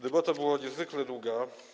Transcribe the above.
Debata była niezwykle długa.